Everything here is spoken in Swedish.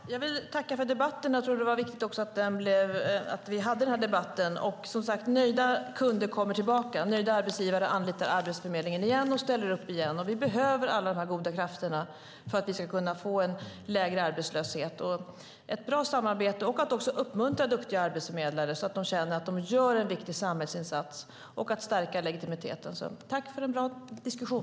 Herr talman! Jag vill tacka för debatten. Det var viktigt att vi hade den här debatten. Som sagt, nöjda kunder kommer tillbaka. Nöjda arbetsgivare anlitar Arbetsförmedlingen igen och ställer upp igen. Vi behöver alla goda krafter för att vi ska kunna få en lägre arbetslöshet och ett bra samarbete. Vi ska uppmuntra duktiga arbetsförmedlare så att de känner att de gör en viktig samhällsinsats och stärka legitimiteten. Tack för en bra diskussion!